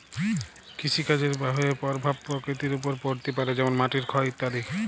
কৃষিকাজের বাহয়ে পরভাব পরকৃতির ওপর পড়তে পারে যেমল মাটির ক্ষয় ইত্যাদি